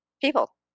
people